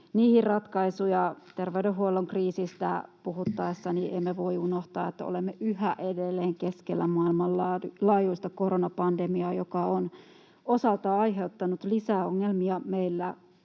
niihin ratkaisuja. Terveydenhuollon kriisistä puhuttaessa emme voi unohtaa, että olemme yhä edelleen keskellä maailmanlaajuista koronapandemiaa, joka on osaltaan aiheuttanut meillä lisäongelmia kaikille